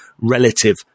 relative